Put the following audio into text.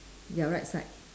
your right side